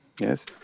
Yes